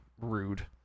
rude